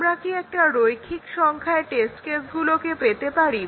আমরা কি একটা রৈখিক সংখ্যায় টেস্ট কেসগুলোকে পেতে পারি